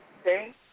Okay